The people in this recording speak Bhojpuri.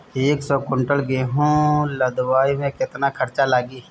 एक सौ कुंटल गेहूं लदवाई में केतना खर्चा लागी?